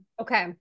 Okay